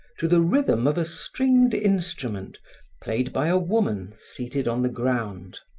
to the rhythm of a stringed instrument played by a woman seated on the ground.